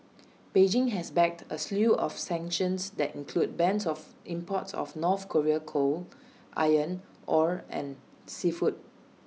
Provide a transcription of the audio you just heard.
Beijing has backed A slew of sanctions that include bans on imports of north Korean coal iron ore and seafood